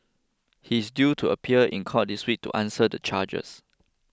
he is due to appear in court this week to answer the charges